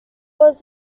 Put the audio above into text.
was